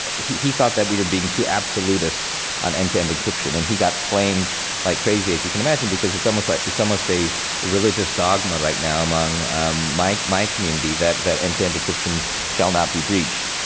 he he thought that we were being too absolutist on end to end encryption. and he got flamed like crazy, as you can imagine, because it's almost like, it's almost a religious dogma right now among my my community that that end to end encryption shall not be breached.